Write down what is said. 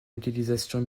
utilisation